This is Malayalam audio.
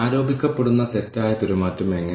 സ്കോർകാർഡുകളിൽ ആളുകൾ എന്തെങ്കിലും എഴുതണം